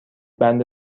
بند